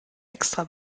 extra